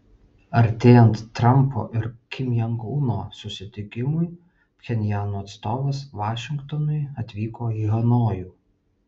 artėjant trampo ir kim jong uno susitikimui pchenjano atstovas vašingtonui atvyko į hanojų